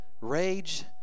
rage